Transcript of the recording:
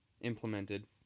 implemented